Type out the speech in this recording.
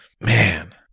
Man